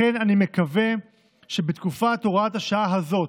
לכן אני מקווה שבתקופת הוראת השעה הזאת,